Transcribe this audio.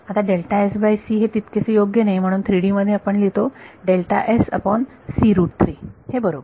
आता हे तितकेसे योग्य नाही म्हणून 3D मध्ये हे बरोबर